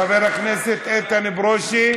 חבר הכנסת איתן ברושי,